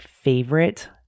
favorite